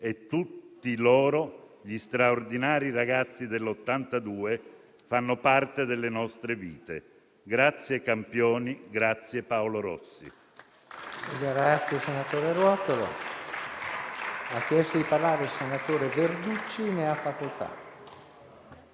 e tutti loro, gli straordinari ragazzi dell'82, fanno parte delle nostre vite. Grazie campioni, grazie Paolo Rossi.